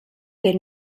que